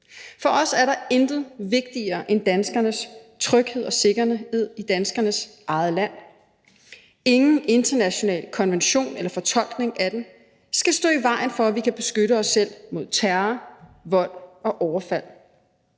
For os er der intet vigtigere end danskernes tryghed og sikkerhed i danskernes eget land. Ingen international konvention eller fortolkning af den skal stå i vejen for, at vi kan beskytte os selv mod terror, vold og overfald.